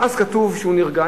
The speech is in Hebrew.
ואז כתוב שהוא נרגע.